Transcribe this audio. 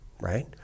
right